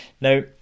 Now